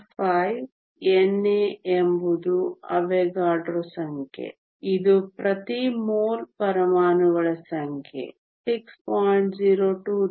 5 NA ಎಂಬುದು Avogadro Avogadro's ಸಂಖ್ಯೆ ಇದು ಪ್ರತಿ ಮೋಲ್ ಪರಮಾಣುಗಳ ಸಂಖ್ಯೆ 6